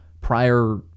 prior